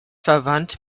verwandt